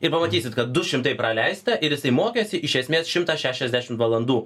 ir pamatysit kad du šimtai praleista ir jisai mokėsi iš esmės šimtą šešiasdešim valandų